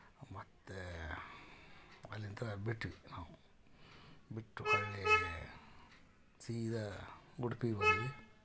ಮತ್ತು ಅಲ್ಲಿಂದ ಬಿಟ್ವಿ ನಾವು ಬಿಟ್ಟು ಹಳ್ಳಿಯಾಗೆ ಸೀದಾ ಉಡುಪಿಗೆ ಬಂದ್ವಿ